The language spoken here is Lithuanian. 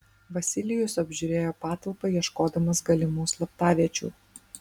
vasilijus apžiūrėjo patalpą ieškodamas galimų slaptaviečių